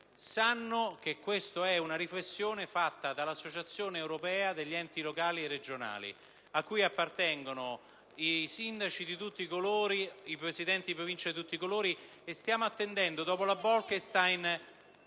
sanno che questa è una riflessione fatta dall'Associazione europea degli enti locali e regionali, cui appartengono i Sindaci di tutti i colori, i Presidenti di Provincia di tutti i colori e stiamo attendendo, dopo la direttiva